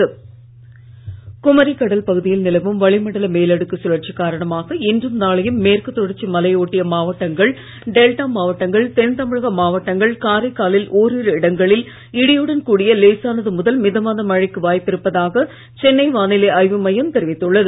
வானிலை குமரிக்கடல் பகுதியில் நிலவும் வளிமண்டல மேலடுக்கு சுழற்சி காரணமாக இன்றும் நாளையும் மேற்கு தொடர்ச்சி மலையை ஒட்டிய மாவட்டங்கள் டெல்டா மாவட்டங்கள் தென்தமிழக மாவட்டங்கள் காரைக்காலில் ஓரிரு இடங்களில் இடியுடன் கூடிய லேசானது முதல் மிதமான மழைக்கு வாய்ப்பு இருப்பதாக சென்னை வானிலை ஆய்வு மையம் தெரிவித்துள்ளது